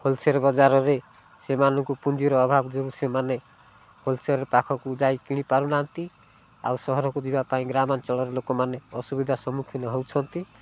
wholesale ବଜାରରେ ସେମାନଙ୍କୁ ପୁଞ୍ଜିର ଅଭାବ ଯୋଗୁଁ ସେମାନେ ହୋଲସେଲ୍ ପାଖକୁ ଯାଇ କିଣି ପାରୁନାହାନ୍ତି ଆଉ ସହରକୁ ଯିବା ପାଇଁ ଗ୍ରାମାଞ୍ଚଳର ଲୋକମାନେ ଅସୁବିଧା ସମ୍ମୁଖୀନ ହଉଛନ୍ତି